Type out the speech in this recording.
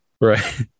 Right